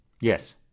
Yes